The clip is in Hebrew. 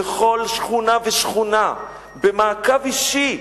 בכל שכונה ושכונה, במעקב אישי,